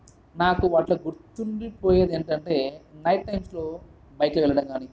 నాకు వాటిలో గుర్తుండిపోయేది ఏంటంటే నైట్ టైమ్స్లో బైక్లో వెళ్లడం కాని